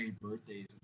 birthdays